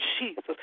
Jesus